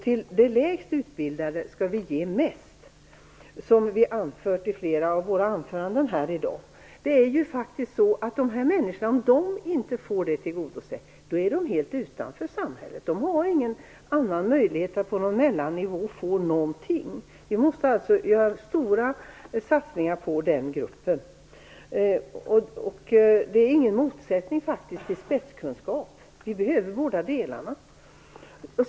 Till de lägst utbildade skall vi ge mest, som flera har anfört här i dag. Om dessa människor inte blir tillgodosedda hamnar de helt utanför samhället. De har ingen möjlighet att få någonting på någon mellannivå. Vi måste alltså göra stora satsningar på den gruppen. Detta är faktiskt ingen motsättning i förhållande till spetskunskapen. Vi behöver båda delarna.